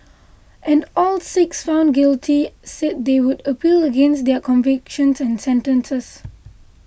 and all six found guilty said they would appeal against their convictions and sentences